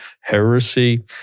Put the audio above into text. heresy